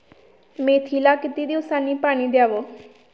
मेथीला किती दिवसांनी पाणी द्यावे?